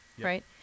Right